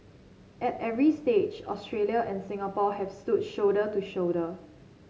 at every stage Australia and Singapore have stood shoulder to shoulder